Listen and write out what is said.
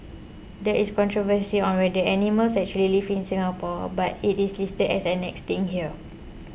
there is controversy on whether the animal actually lived in Singapore but it is listed as 'Extinct' here